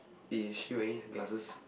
eh is she wearing glasses